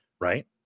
Right